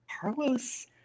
Carlos